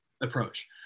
approach